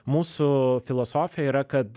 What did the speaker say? mūsų filosofija yra kad